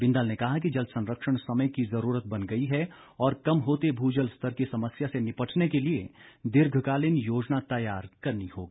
बिंदल ने कहा कि जल संरक्षण समय की जरूरत बन गई है और कम होते भूजल स्तर की समस्या से निपटने के लिए दीर्घकालीन योजना तैयार करनी होगी